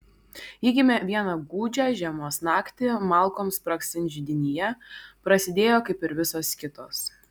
ji gimė vieną gūdžią žiemos naktį malkoms spragsint židinyje prasidėjo kaip ir visos kitos